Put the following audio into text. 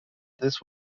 this